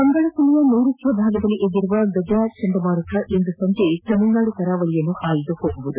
ಬಂಗಾಳ ಕೊಲ್ಲಿಯ ನೈರುತ್ವ ಭಾಗದಲ್ಲಿ ಎದ್ದಿರುವ ಗಜಾ ಚಂಡಮಾರುತ ಇಂದು ಸಂಜೆ ತಮಿಳುನಾಡು ಕರಾವಳಿಯನ್ನು ಹಾದುಹೋಗಲಿದೆ